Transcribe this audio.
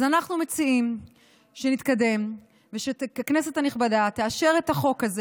אז אנחנו מציעים שנתקדם ושהכנסת הנכבדה תאשר את החוק הזה.